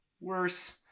Worse